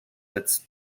its